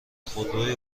خودروی